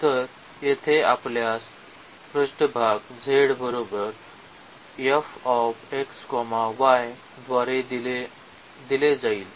तर येथे आपल्यास पृष्ठभाग द्वारे दिले जाईल